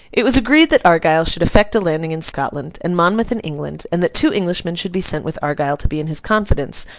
it was agreed that argyle should effect a landing in scotland, and monmouth in england and that two englishmen should be sent with argyle to be in his confidence,